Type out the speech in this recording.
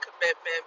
commitment